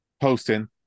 posting